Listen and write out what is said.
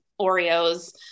Oreos